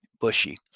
bushy